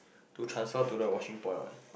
to transfer to the washing point what